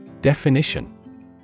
Definition